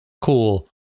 cool